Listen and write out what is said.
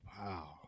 Wow